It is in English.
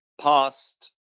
past